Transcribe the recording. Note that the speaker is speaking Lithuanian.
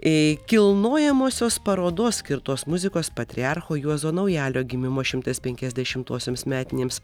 eee kilnojamosios parodos skirtos muzikos patriarcho juozo naujalio gimimo šimtas penkiasdešimtosioms metinėms